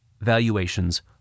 valuations